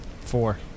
Four